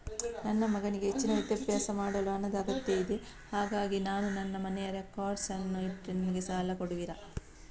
ನನ್ನ ಮಗನಿಗೆ ಹೆಚ್ಚಿನ ವಿದ್ಯಾಭ್ಯಾಸ ಮಾಡಲು ಹಣದ ಅಗತ್ಯ ಇದೆ ಹಾಗಾಗಿ ನಾನು ನನ್ನ ಮನೆಯ ರೆಕಾರ್ಡ್ಸ್ ಅನ್ನು ಇಟ್ರೆ ನನಗೆ ಸಾಲ ಕೊಡುವಿರಾ?